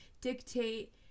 dictate